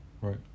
Right